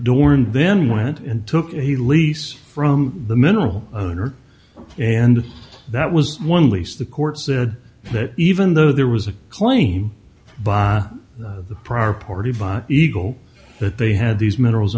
door and then went and took a lease from the mineral owner and that was one lease the court said that even though there was a claim by the prior party by eagle that they had these minerals